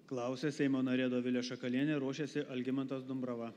klausia seimo narė dovilė šakalienė ruošiasi algimantas dumbrava